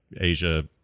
Asia